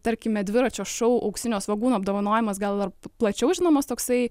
tarkime dviračio šou auksinio svogūno apdovanojimas gal plačiau žinomas toksai